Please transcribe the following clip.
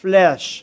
Flesh